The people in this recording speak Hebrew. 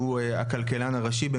שהוא הכלכלן הראשי,